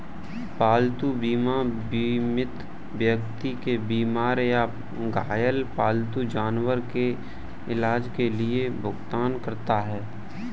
पालतू बीमा बीमित व्यक्ति के बीमार या घायल पालतू जानवर के इलाज के लिए भुगतान करता है